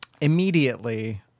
immediately